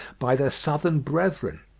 by their southern brethren.